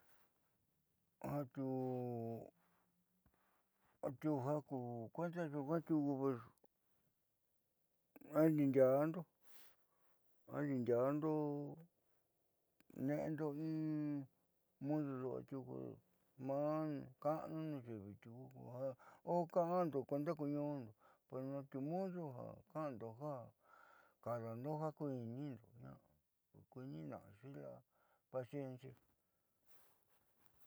Atiuu ja kuenda nyuuka tiuku adiindiando ne'endo in mudu du'a tiuku maa ka'anu nuunyiivi tiuku ko a ka'ando kuenda ku ñuundo ati udo ja ka'ando ja kaadando ja kuiinindo ma'a kuinina'axi paciencia.